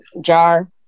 jar